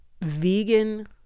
Vegan